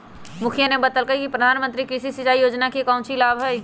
मुखिवा ने बतल कई कि प्रधानमंत्री कृषि सिंचाई योजना के काउची लाभ हई?